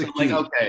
okay